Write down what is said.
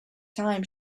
time